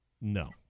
No